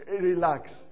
relax